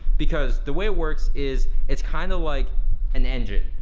because the way it works is it's kinda like an engine.